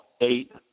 eight